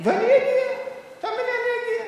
ואני אגיע, תאמיני לי.